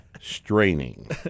Straining